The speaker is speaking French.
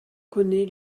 connaît